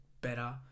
better